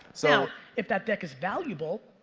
so if that deck is valuable,